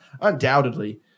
undoubtedly